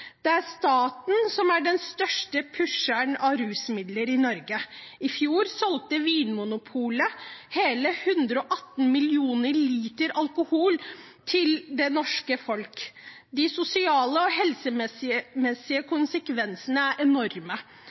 Det er staten som er den største pusheren av rusmidler i Norge. I fjor solgte Vinmonopolet hele 118 millioner liter alkohol til det norske folk. De sosiale og helsemessige konsekvensene er enorme.